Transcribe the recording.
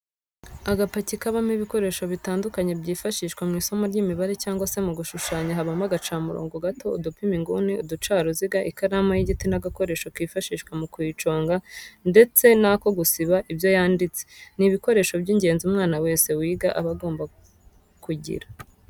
Agapaki kabamo ibikoresho bitandukanye byifashishwa mw'isomo ry'imibare cyangwa se mu gushushanya habamo agacamurongo gato, udupima inguni, uducaruziga ,ikaramu y'igiti n'agakoresho kifashishwa mu kuyiconga ndetse n'ako gusiba ibyo yanditse, ni ibikoresho by'ingenzi umwana wese wiga aba agomba kugira.